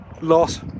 Loss